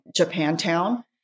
Japantown